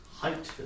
Height